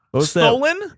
Stolen